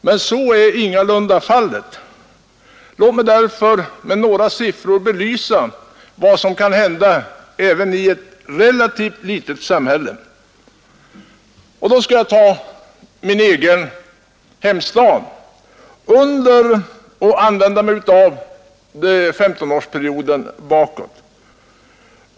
Men så är ingalunda fallet. Låt mig därför med några siffror visa vad som kan hända även i ett relativt litet samhälle, min egen hemstad under den senaste 1S5-årsperioden.